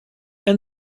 and